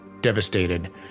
Devastated